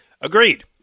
Agreed